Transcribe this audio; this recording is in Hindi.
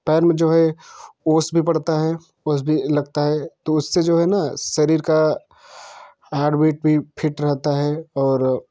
पैर में जो है ओस भी पड़ती है ओस भी लगती है तो उससे जो है ना शरीर का हार्टबीट भी फिट रहता है और